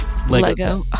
Lego